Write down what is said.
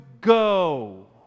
go